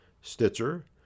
Stitcher